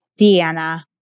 Deanna